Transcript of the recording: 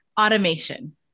Automation